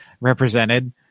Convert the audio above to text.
represented